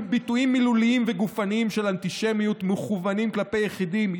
ביטויים מילוליים וגופניים של אנטישמיות מכוונים כלפי יחידים,